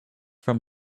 from